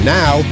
now